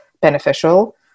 beneficial